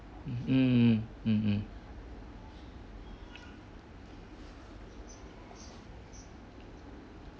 mm mm mm